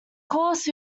course